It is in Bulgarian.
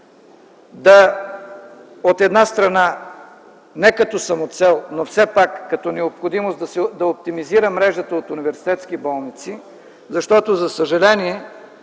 от една страна, не като самоцел, но все пак като необходимост да оптимизира мрежата от университетски болници, защото за съжаление